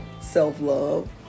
self-love